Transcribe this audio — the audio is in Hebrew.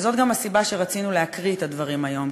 וזאת גם הסיבה שרצינו להקריא את הדברים היום,